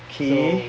okay